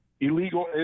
illegal